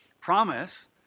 promise